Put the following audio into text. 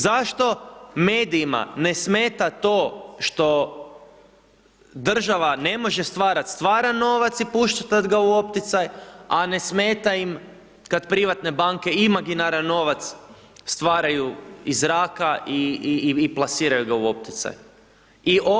Zašto medijima ne smeta to što država ne može stvarati stvaran novac i puštat ga u opticaj a ne smeta im kad privatne banke imaginaran novac stvaraju iz zraka i plasiraju ga u opticaj?